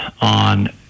on